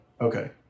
Okay